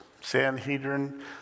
Sanhedrin